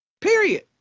Period